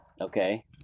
Okay